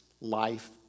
life